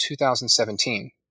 2017